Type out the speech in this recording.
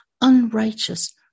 unrighteous